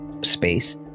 space